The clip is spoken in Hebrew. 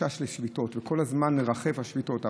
והחשש לשביתות, כל הזמן מרחפות השביתות.